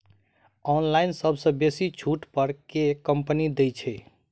Online सबसँ बेसी छुट पर केँ कंपनी दइ छै?